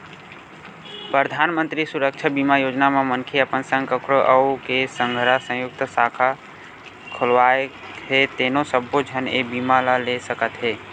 परधानमंतरी सुरक्छा बीमा योजना म मनखे अपन संग कखरो अउ के संघरा संयुक्त खाता खोलवाए हे तेनो सब्बो झन ए बीमा ल ले सकत हे